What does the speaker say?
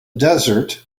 desert